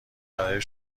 برای